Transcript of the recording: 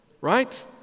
right